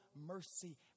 mercy